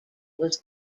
was